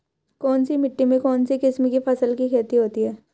कौनसी मिट्टी में कौनसी किस्म की फसल की खेती होती है?